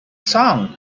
song